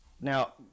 Now